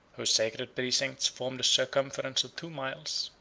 whose sacred precincts formed a circumference of two miles,